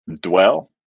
dwell